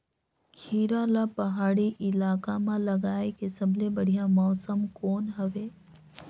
खीरा ला पहाड़ी इलाका मां लगाय के सबले बढ़िया मौसम कोन हवे?